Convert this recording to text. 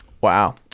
Wow